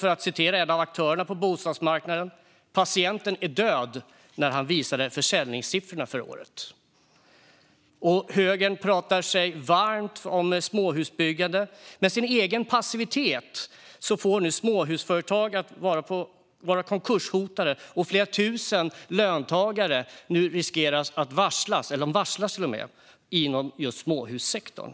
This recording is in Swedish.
För att citera en av aktörerna på bostadsmarknaden när han visade försäljningssiffrorna för året: Patienten är död. Högern talar sig varm för småhusbyggande, men dess passivitet gör nu att småhusföretag konkurshotas och flera tusen löntagare varslas inom småhussektorn.